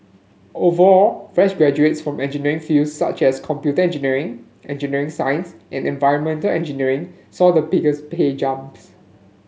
overall fresh graduates from engineering fields such as computer engineering engineering science and environmental engineering saw the biggest pay jumps